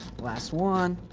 last one.